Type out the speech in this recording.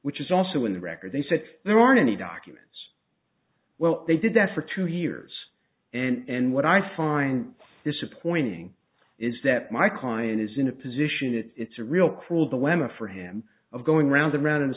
which is also in the record they said there are any documents well they did that for two years and what i find disappointing is that my client is in a position it's a real cruel dilemma for him of going round and round in a